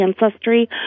ancestry